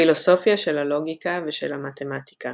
פילוסופיה של הלוגיקה ושל המתמטיקה